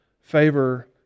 favor